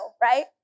right